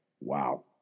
Wow